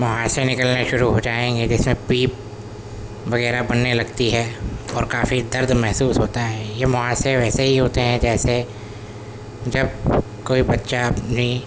مہاسے نکلنے شروع ہوجائیں گے جس میں پیپ وغیرہ بننے لگتی ہے اور کافی درد محسوس ہوتا ہے یہ مہاسے ویسے ہی ہوتے ہیں جیسے جب کوئی بچہ اپنی